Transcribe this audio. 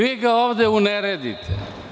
Vi ga ovde uneredite.